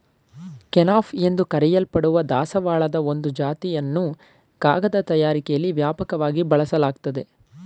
kenaf ಎಂದು ಕರೆಯಲ್ಪಡುವ ದಾಸವಾಳದ ಒಂದು ಜಾತಿಯನ್ನು ಕಾಗದ ತಯಾರಿಕೆಲಿ ವ್ಯಾಪಕವಾಗಿ ಬಳಸಲಾಗ್ತದೆ